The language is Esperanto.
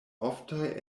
oftaj